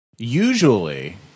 Usually